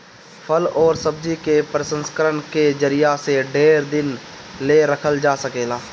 फल अउरी सब्जी के प्रसंस्करण के जरिया से ढेर दिन ले रखल जा सकेला